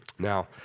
Now